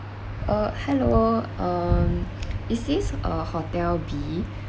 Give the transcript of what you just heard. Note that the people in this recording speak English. uh hello um is this uh hotel B_